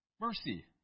Mercy